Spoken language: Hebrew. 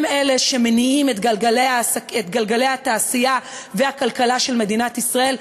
הם אלה שמניעים את גלגלי התעשייה והכלכלה של מדינת ישראל,